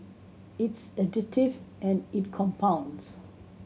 it's additive and it compounds